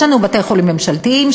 יש לנו בתי-חולים ממשלתיים,